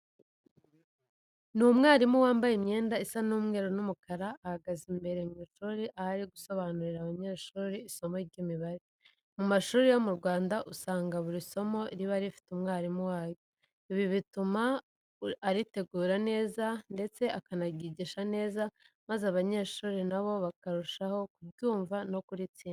Ni umwarimu wambaye imyenda isa umweru n'umukara, ahagaze imbere mu ishuri aho ari gusobanurira abanyeshuri isomo ry'Imibare. Mu mashuri yo mu Rwanda usanga buri somo riba rifite umwarimu waryo. Ibi bituma aritegura neza ndetse akanaryigisha neza maze abanyeshuri na bo bakarushaho kuryumva no kuritsinda.